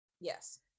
Yes